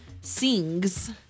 Sings